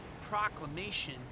proclamation